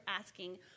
asking